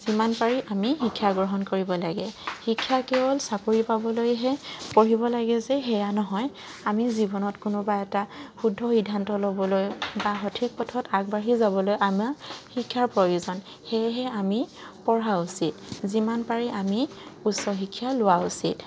যিমান পাৰি আমি শিক্ষা গ্ৰহণ কৰিব লাগে শিক্ষা কেৱল চাকৰি পাবলৈহে পঢ়িব লাগে যে সেয়া নহয় আমি জীৱনত কোনোবা এটা শুদ্ধ সিদ্ধান্ত ল'বলৈ বা সঠিক পথত আগবাঢ়ি যাবলৈ আমাক শিক্ষাৰ প্ৰয়োজন সেয়েহে আমি পঢ়া উচিত যিমান পাৰি আমি উচ্চ শিক্ষা লোৱা উচিত